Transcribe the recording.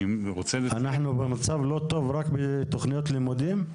אנחנו במצב לא טוב רק מתוכניות לימודים?